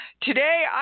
Today